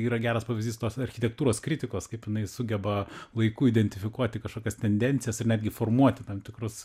yra geras pavyzdys tos architektūros kritikos kaip jinai sugeba laiku identifikuoti kažkokias tendencijas ir netgi formuoti tam tikrus